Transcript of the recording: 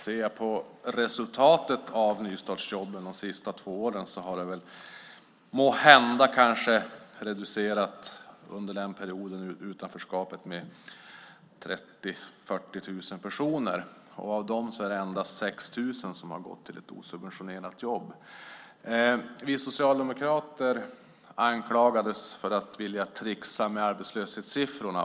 Sett till resultatet av nystartsjobben de senaste två åren har måhända antalet i utanförskap minskat med 30 000-40 000 personer. Av dem är det endast 6 000 som har gått till ett osubventionerat jobb. Vi socialdemokrater anklagades för att vilja tricksa med arbetslöshetssiffrorna.